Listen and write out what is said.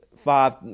Five